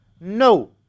no